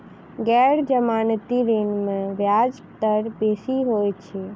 गैर जमानती ऋण में ब्याज दर बेसी होइत अछि